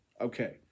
Okay